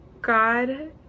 god